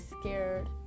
scared